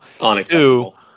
Unacceptable